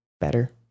better